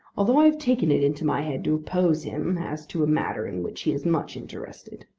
although i have taken it into my head to oppose him as to a matter in which he is much interested.